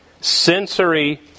sensory